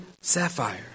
sapphire